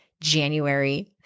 January